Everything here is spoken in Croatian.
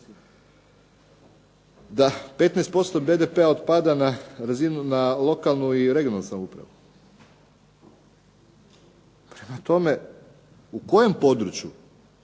Da, 15% BDP-a otpada na lokalnu i regionalnu samoupravu. Prema tome, u kojem području